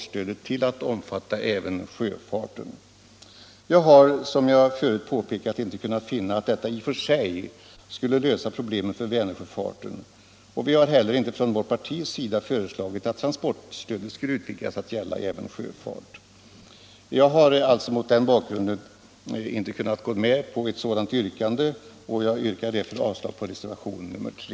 stödet att omfatta även sjöfarten. Jag har, som jag förut påpekat, inte kunnat finna att detta i och för sig skulle lösa problemen för Vänersjöfarten, och vi har inte heller från vårt partis sida föreslagit att transportstödet skulle utvidgas att gälla även sjöfarten. Mot den bakgrunden kan jag inte gå med på ett sådant yrkande, och mitt bifall till utskottets hemställan innebär ett avslag på reservationen 3.